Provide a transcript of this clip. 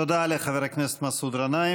תודה לחבר הכנסת מסעוד גנאים.